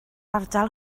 ardal